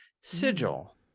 sigil